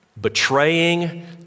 betraying